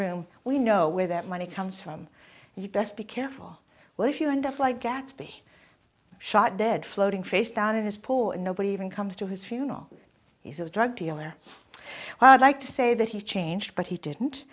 room we know where that money comes from you best be careful what if you end up like gatsby shot dead floating face down in his paw and nobody even comes to his funeral he's a drug dealer well i'd like to say that he changed but he didn't